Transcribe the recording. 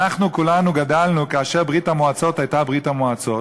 אנחנו כולנו גדלנו כאשר ברית-המועצות הייתה ברית-המועצות,